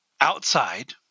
outside